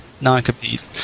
Non-compete